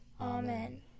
Amen